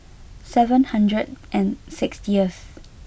seven hundred and sixtieth